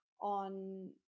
on